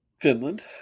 Finland